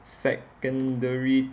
secondary